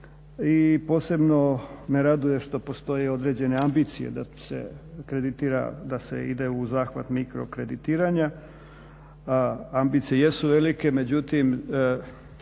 I posebno me raduje što postoje određene ambicije da se kreditira, da se ide u zahvat mikrokreditiranja. Ambicije jesu velike, međutim